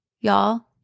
y'all